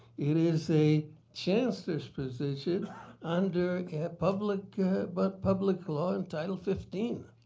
it is a chancellor's position under a public but public law and title fifteen.